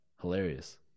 Hilarious